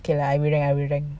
okay lah I will rank I will rank